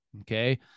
Okay